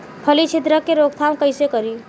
फली छिद्रक के रोकथाम कईसे करी?